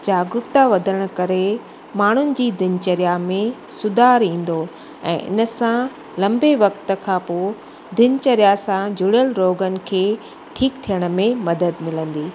जागरुकता वधण करे माण्हुनि जी दिनचर्या में सुधार ईंदो ऐं इनसां लंबे वक़्ति खां पोइ दिनचर्या सां जुड़ियल रोगन खे ठीकु थियण में मदद मिलंदी